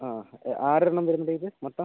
അതെ ആറെണ്ണം വരുന്ന ടൈപ്പ് മൊത്തം